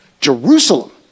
Jerusalem